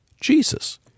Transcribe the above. Jesus